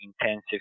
intensive